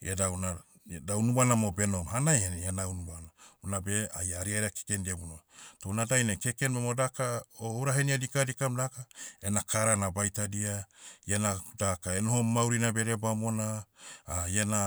iada una, da unubana mo benohom. Hanaihanai iana unubana. Unabe, hai ariara kekendia buno. Toh una dainai keken momo daka, o ourahenia dikadikam daka, ena kara na baitadia. Iana, daka enohom maurina bedebamona, iana,